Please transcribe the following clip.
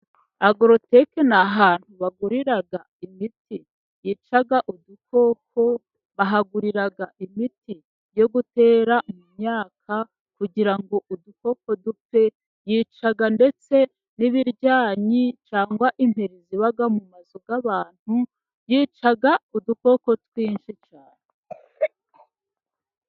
Agoroteke ni ahantu bagurira imiti yica udukoko, bahagurira imiti yo gutera mu imyaka kugira ngo udukoko dupfe. Yica ndetse n'ibiryanyi cyangwa imperi ziba mu mazu y'abantu, yica udukoko twinshi cyane.